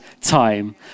time